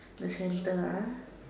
the center ah